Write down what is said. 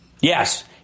Yes